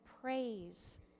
praise